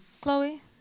chloe